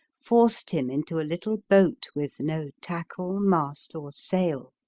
forced him into a little boat with no tackle, mast or sail.